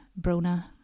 Brona